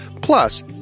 Plus